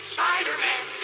Spider-Man